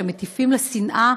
שמטיפים לשנאה,